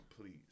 please